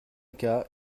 cas